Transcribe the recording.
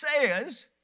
says